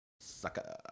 Sucker